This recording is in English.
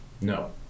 No